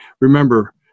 remember